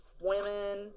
women